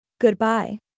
Goodbye